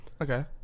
Okay